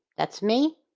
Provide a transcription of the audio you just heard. that's me.